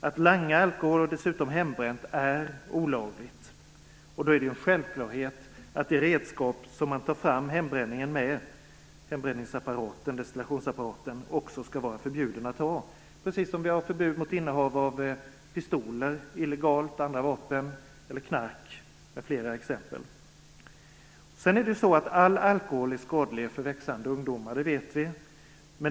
Att langa alkohol - dessutom hembränt - är olagligt. Då är det en självklarhet att det redskap som man tar fram spriten med, destillationsapparaten, också skall vara förbjudet, precis som vi har ett förbud mot illegalt innehav av pistoler och andra vapen eller knark. All alkohol är skadlig för växande ungdomar, det vet vi.